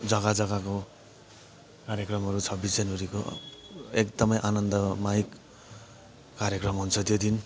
जग्गा जग्गाको कार्यक्रमहरू छब्बिस जनवरीको एकदमै आनन्द मायक कार्यक्रम हुन्छ त्यो दिन